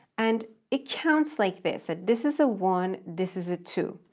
and it counts like this ah this is a one, this is a two.